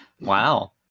Wow